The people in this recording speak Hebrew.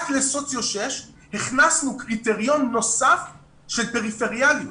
רק לסוציו 6 הכנסנו קריטריון נוסף של פריפריאליות.